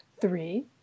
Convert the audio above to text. Three